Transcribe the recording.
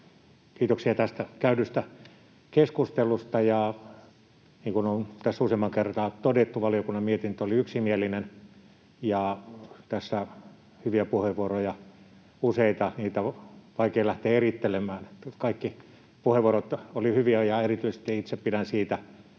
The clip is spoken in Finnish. Kiitoksia tästä käydystä keskustelusta. Niin kuin on tässä useampaan kertaan todettu, valiokunnan mietintö oli yksimielinen. Tässä hyviä puheenvuoroja on ollut useita, niitä on vaikea lähteä erittelemään, kaikki puheenvuorot olivat hyviä. Itse pidän erityisesti siitä,